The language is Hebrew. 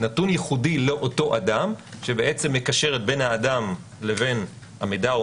נתון ייחודי לאותו אדם שמקשר בין אותו אדם למידע או